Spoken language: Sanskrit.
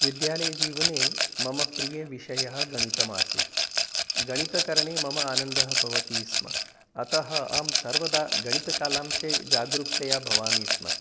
विद्यालयजीवने मम प्रियविषयः गणितम् आसीत् गणितकरणे मम आनन्दः भवति स्म अतः अहं सर्वदा गणितकालांशे जागरूकतया भवामि स्म